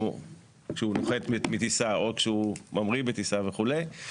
או כשהוא נוחת מטיסה או כשהוא ממריא מטיסה וכולי,